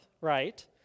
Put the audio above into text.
right